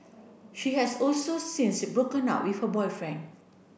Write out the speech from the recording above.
she has also since broken up with her boyfriend